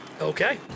Okay